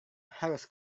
harus